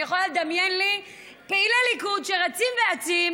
אני יכולה לדמיין לי פעילי ליכוד שרצים אצים